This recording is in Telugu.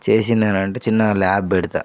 చేసిందన్న అంటే చిన్నగా ల్యాబ్ పెడతాను